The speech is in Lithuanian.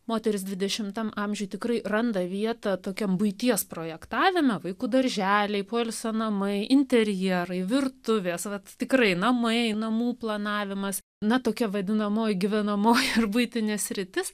moterys dvidešimtam amžiui tikrai randa vietą tokiam buities projektavime vaikų darželiai poilsio namai interjerai virtuvės vat tikrai namai namų planavimas na tokia vadinamoji gyvenamoji ir buitinė sritis